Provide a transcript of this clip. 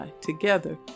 together